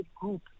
group